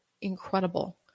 incredible